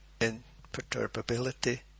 imperturbability